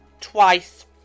twice